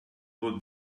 what